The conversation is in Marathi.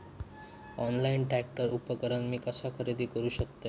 ऑनलाईन ट्रॅक्टर उपकरण मी कसा खरेदी करू शकतय?